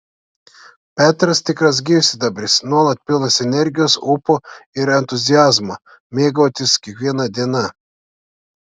petras tikras gyvsidabris nuolat pilnas energijos ūpo ir entuziazmo mėgautis kiekviena diena